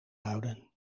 houden